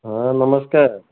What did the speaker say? ହଁ ନମସ୍କାର୍